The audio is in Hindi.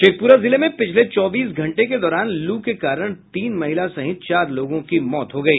शेखपुरा जिले में पिछले चौबीस घंटे के दौरान लू के कारण तीन महिला सहित चार लोगों की मौत हो गयी